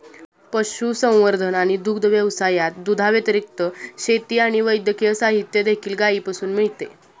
पशुसंवर्धन आणि दुग्ध व्यवसायात, दुधाव्यतिरिक्त, शेती आणि वैद्यकीय साहित्य देखील गायीपासून मिळते